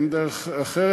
אין דרך אחרת.